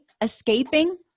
escaping